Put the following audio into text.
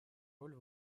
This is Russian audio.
роль